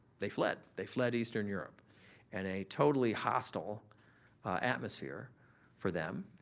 they fled. they fled eastern europe and a totally hostile atmosphere for them.